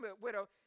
widow